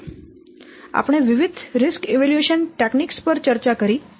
આપણે વિવિધ risk evaluation તકનીકો પર ચર્ચા કરી